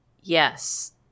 Yes